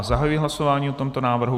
Zahajuji hlasování o tomto návrhu.